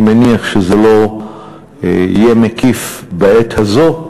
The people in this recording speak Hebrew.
אני מניח שזה לא יהיה מקיף בעת הזו,